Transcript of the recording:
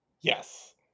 yes